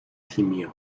gimió